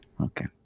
okay